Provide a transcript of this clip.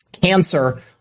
cancer